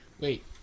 Wait